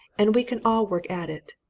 and we can all work at it.